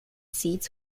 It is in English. seats